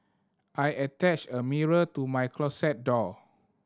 attached a mirror to my closet door